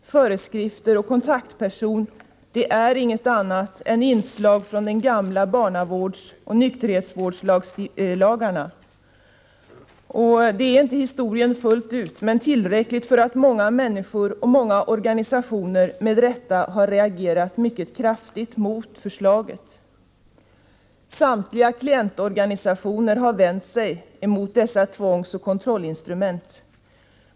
Föreskrifter och kontaktperson är inget annat än inslag från de gamla barnavårdsoch nykterhetsvårdslagarna. Det är inte historien fullt ut, men tillräckligt för att många människor och många organisationer med rätta har reagerat mycket kraftigt mot förslaget. Samtliga klientorganisationer har vänt sig mot dessa tvångsoch kontrollinstrument.